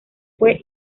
fue